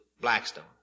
Blackstone